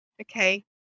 Okay